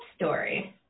story